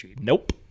nope